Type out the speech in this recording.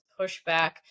pushback